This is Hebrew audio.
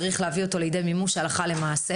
צריך להביא אותו לידי מימוש הלכה למעשה